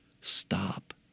stop